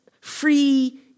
free